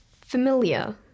familiar